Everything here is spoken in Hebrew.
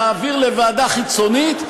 נעביר לוועדה חיצונית,